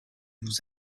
vous